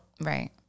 Right